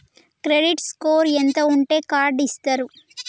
Credit score ఎంత ఉంటే card ఇస్తారు?